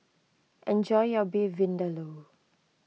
enjoy your Beef Vindaloo